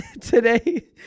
today